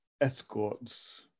escorts